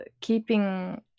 keeping